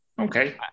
Okay